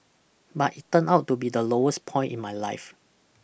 but it turned out to be the lowest point in my life